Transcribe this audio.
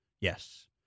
Yes